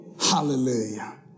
Hallelujah